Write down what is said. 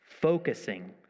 Focusing